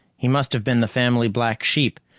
he must have been the family black sheep,